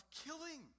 killing